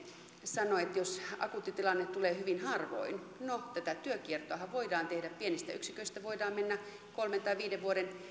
sanoi että jos akuutti tilanne tulee hyvin harvoin no tätä työnkiertoahan voidaan tehdä pienistä yksiköistä voidaan mennä kolmen tai viiden vuoden